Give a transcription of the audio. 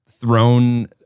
thrown